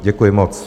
Děkuji moc.